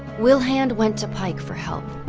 wilhand went to pike for help.